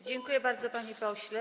Dziękuję bardzo, panie pośle.